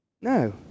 no